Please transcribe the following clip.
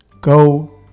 Go